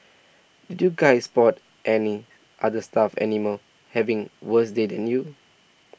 did you guys spot any other stuffed animals having worse day than you